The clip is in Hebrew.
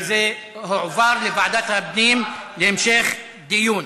וזה הועבר לוועדת הפנים להמשך דיון.